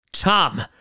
Tom